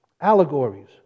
allegories